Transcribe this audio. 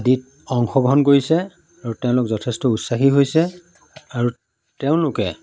আদিত অংশগ্ৰহণ কৰিছে আৰু তেওঁলোক যথেষ্ট উৎসাহী হৈছে আৰু তেওঁলোকে